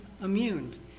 immune